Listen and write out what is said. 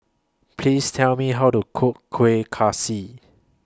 Please Tell Me How to Cook Kueh Kaswi